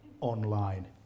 online